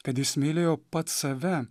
kad jis mylėjo pats save